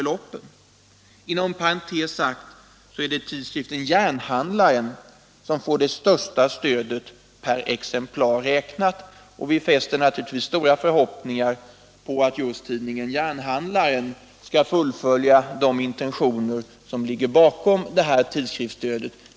Det är viktigt att vi håller på denna princip, om vi inte skall komma i konflikt med tryckfrihetslagstiftningen.